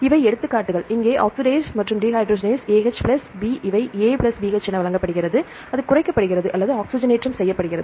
இவை எடுத்துக்காட்டுகள் இங்கே ஆக்ஸிடேஸ் மற்றும் டீஹைட்ரஜனேஸ் AH பிளஸ் B இவை A பிளஸ் BH என வழங்கப்படுகிறது அது குறைக்கப்படுகிறது அல்லது ஆக்ஸிஜனேற்றப்படுகிறது